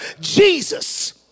Jesus